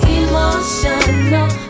emotional